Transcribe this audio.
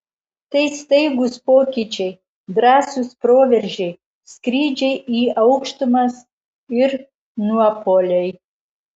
tai staigūs pokyčiai drąsūs proveržiai skrydžiai į aukštumas ir nuopuoliai